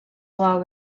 law